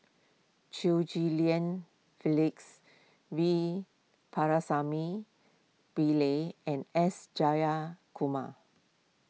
Chew Ghim Lian V Pakirisamy Pillai and S Jayakumar